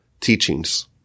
teachings